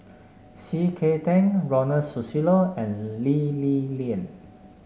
C K Tang Ronald Susilo and Lee Li Lian